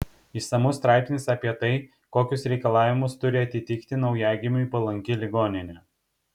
išsamus straipsnis apie tai kokius reikalavimus turi atitikti naujagimiui palanki ligoninė